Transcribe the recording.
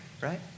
right